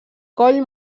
coll